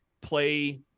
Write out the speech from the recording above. play